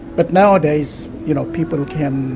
but nowadays, you know, people can,